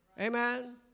amen